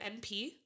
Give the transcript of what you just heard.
NP